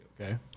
okay